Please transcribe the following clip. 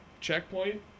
checkpoint